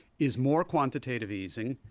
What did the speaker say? is more quantitative easing,